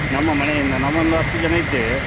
ನಮ್ಮ ಮನೆಯಿಂದ ನಾವೊಂದು ಹತ್ತು ಜನ ಇದ್ದೇವೆ